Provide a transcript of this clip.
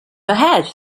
ahead